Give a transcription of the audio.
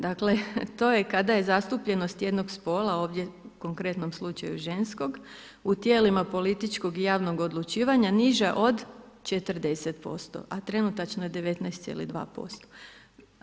Dakle, to je kada je zastupljenost jednog spola, ovdje u konkretnom slučaju ženskog u tijelima političkog i javnog odlučivanja niža od 40%, a trenutačno je 19,2%